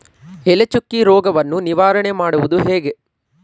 ಎಲೆ ಚುಕ್ಕಿ ರೋಗವನ್ನು ನಿವಾರಣೆ ಮಾಡುವುದು ಹೇಗೆ?